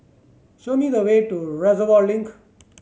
show me the way to Reservoir Link